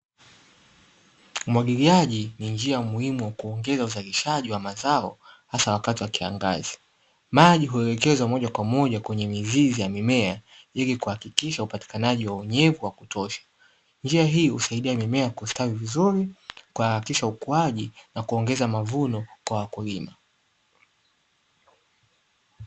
Umwagiliju ni njia umuhimu wa kuongeza uzalishaji wa mazao hasa wakati wa kiangazi, maji huelekezwa moja kwa moja kwenye mizizi ya mimea, ili kuhakikisha upatikanaji wa unyevu wa kutosha, njia hii husaidia mimea kustawi vizuri, kuharakisha ukuaji, na kuongeza mavuno kwa wakulima.